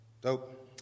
Dope